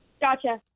Gotcha